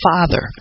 Father